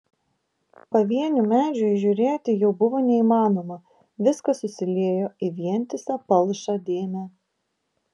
pavienių medžių įžiūrėti jau buvo neįmanoma viskas susiliejo į vientisą palšą dėmę